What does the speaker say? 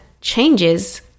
changes